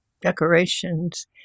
decorations